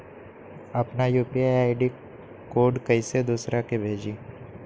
अपना यू.पी.आई के कोड कईसे दूसरा के भेजी?